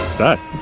that?